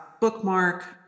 bookmark